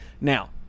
Now